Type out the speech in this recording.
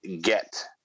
get